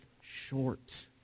short